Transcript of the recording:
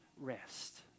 rest